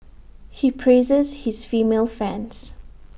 he praises his female fans